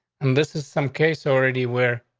and this is some case already where?